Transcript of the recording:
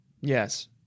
Yes